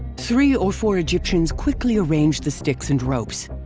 three or four egyptians quickly arrange the sticks and ropes.